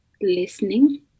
listening